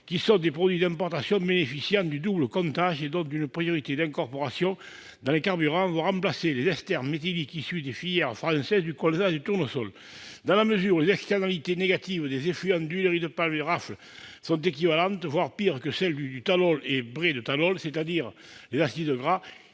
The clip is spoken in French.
qui sont des produits d'importation bénéficiant du double comptage et donc d'une priorité d'incorporation dans les carburants, vont remplacer les esters méthyliques issus des filières françaises du colza et du tournesol. Dans la mesure où les externalités négatives des effluents d'huileries de palme et rafle sont équivalentes, voire pires que celles du tallol et brai de tallol, c'est-à-dire les acides gras,